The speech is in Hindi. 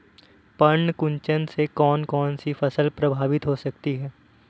पर्ण कुंचन से कौन कौन सी फसल प्रभावित हो सकती है?